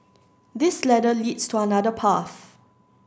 this ladder leads to another path